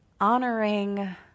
honoring